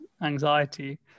anxiety